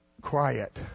quiet